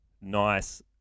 nice